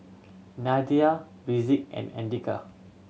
Nadia Rizqi and Andika